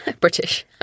British